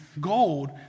gold